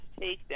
takedown